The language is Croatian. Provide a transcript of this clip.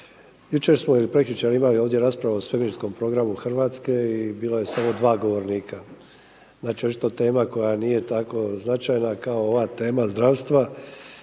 imali ovdje raspravu o svemirskom programu Hrvatske i bila su samo dva govornika. Znači očito tema koja nije tako značajna kao ova tema zdravstva